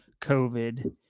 COVID